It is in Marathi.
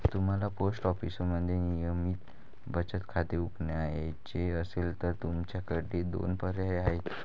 तुम्हाला पोस्ट ऑफिसमध्ये नियमित बचत खाते उघडायचे असेल तर तुमच्याकडे दोन पर्याय आहेत